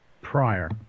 prior